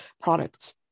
products